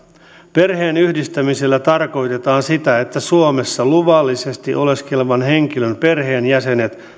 perheenyhdistämisellä tarkoitetaan sitä että suomessa luvallisesti oleskelevan henkilön perheenjäsenet